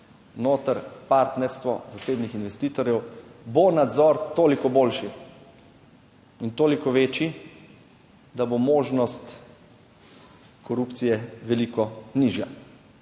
noter partnerstvo zasebnih investitorjev, bo nadzor toliko boljši in toliko večji, da bo možnost korupcije veliko nižja.